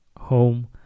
home